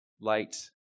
light